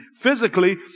Physically